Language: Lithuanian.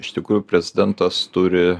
iš tikrųjų prezidentas turi